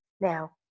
now